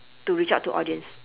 to reach out to audience